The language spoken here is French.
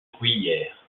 bruyères